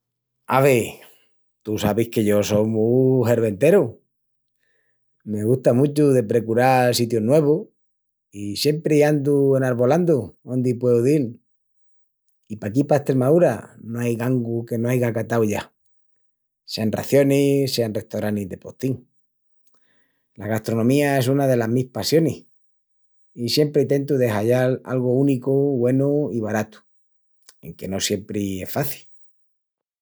"Ave, tú sabis que yo só mu herventeru. Me gusta muchu de precural sitius nuevus i siempri andu enarvolandu óndi pueu dil. I paquí pa Estremaúra, no ai gangu que no aiga catau ya, sean racionis, sean restoranis de postín. La gastronomía es una delas mis passionis, i siempri tentu de hallal algu únicu, güenu i baratu. Enque no siempri es faci."